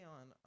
on